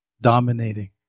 dominating